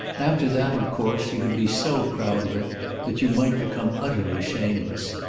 after that, of course, you could be so proud of it that you might become utterly shameless.